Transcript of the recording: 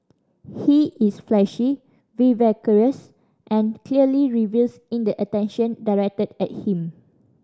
he is flashy vivacious and clearly revels in the attention directed at him